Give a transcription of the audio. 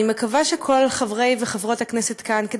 ואני מקווה שכל חברות וחברי הכנסת כאן,